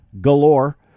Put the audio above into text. galore